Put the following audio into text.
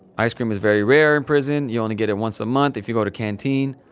ice cream is very rare in prison. you only get it once a month if you go to canteen.